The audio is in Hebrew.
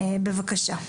בבקשה.